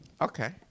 Okay